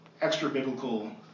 extra-biblical